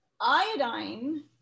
iodine